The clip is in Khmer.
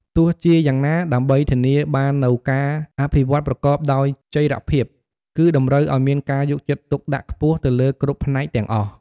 ទោះជាយ៉ាងណា ដើម្បីធានាបាននូវការអភិវឌ្ឍប្រកបដោយចីរភាព គឺតម្រូវឲ្យមានការយកចិត្តទុកដាក់ខ្ពស់ទៅលើគ្រប់ផ្នែកទាំងអស់។